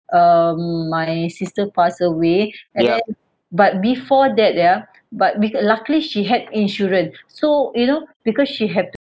um my sister passed away and then but before that yeah but beca~ luckily she had insurance so you know because she had